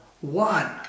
one